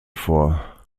vor